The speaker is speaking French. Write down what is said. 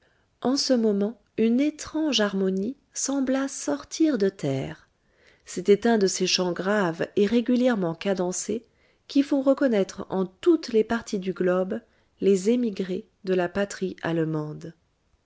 en ce moment une étrange harmonie sembla sortir de terre c'était un de ces chants graves et régulièrement cadencés qui font reconnaître en toutes les parties du globe les émigrés de la patrie allemande